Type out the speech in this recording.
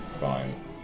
fine